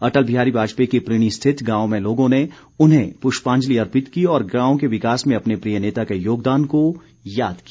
अटल बिहारी वाजपेयी के प्रीणी स्थित गांव में लोगों ने उन्हें पुष्पांजलि अर्पित की और गांव के विकास में अपने प्रिय नेता के योगदान को याद किया